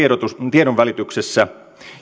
tiedonvälityksessä